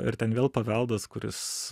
ir ten vėl paveldas kuris